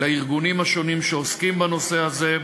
לארגונים השונים שעוסקים בנושא הזה,